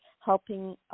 helping